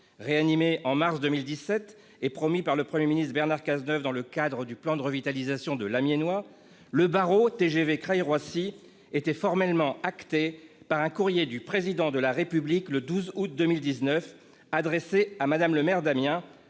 réanimé en mars 2017 et promis par le Premier ministre Bernard Cazeneuve dans le cadre du plan de revitalisation de l'Amiénois, le barreau TGV Creil-Roissy a été formellement acté par un courrier adressé par le Président de la République à Mme le maire d'Amiens